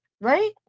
Right